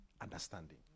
understanding